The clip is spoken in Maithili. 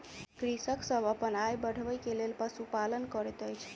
कृषक सभ अपन आय बढ़बै के लेल पशुपालन करैत अछि